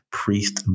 priest